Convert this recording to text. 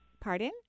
Pardon